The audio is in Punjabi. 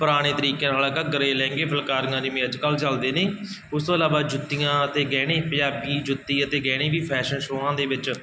ਪੁਰਾਣੇ ਤਰੀਕਿਆਂ ਨਾਲ ਆਹ ਘੱਗਰੇ ਲਹਿੰਗੇ ਫੁਲਕਾਰੀਆਂ ਜਿਵੇਂ ਅੱਜ ਕੱਲ੍ਹ ਚੱਲਦੇ ਨੇ ਉਸ ਤੋਂ ਇਲਾਵਾ ਜੁੱਤੀਆਂ ਅਤੇ ਗਹਿਣੇ ਪੰਜਾਬੀ ਜੁੱਤੀ ਅਤੇ ਗਹਿਣੇ ਵੀ ਫੈਸ਼ਨ ਸ਼ੋਆਂ ਦੇ ਵਿੱਚ